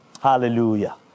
Hallelujah